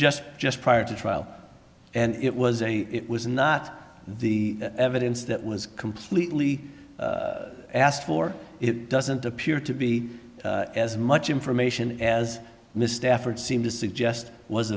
just just prior to trial and it was a it was not the evidence that was completely asked for it doesn't appear to be as much information as mr efforts seem to suggest was